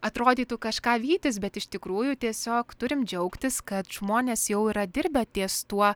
atrodytų kažką vytis bet iš tikrųjų tiesiog turim džiaugtis kad žmonės jau yra dirbę ties tuo